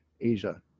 Asia